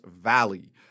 valley